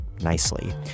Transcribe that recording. nicely